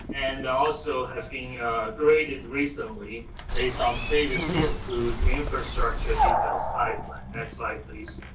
and also has been graded recently based on previously approved infrastructure details. but next slide, please.